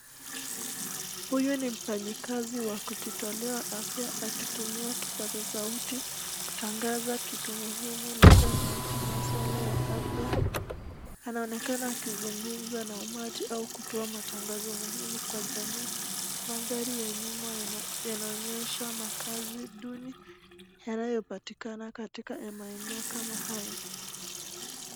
Huyu ni mfanyikazi wa kujitolea wa afya akitumia kipasa sauti kutangaza kitu muhimu labda kuhusu maswala ya afya , anaonekana akizungumza na umati au kutoa matangazo muhimu kwa jamii , mandhari ya nyuma yanaonyesha makazi duni yanayopatikana katika maeneo kama hayo.